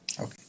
okay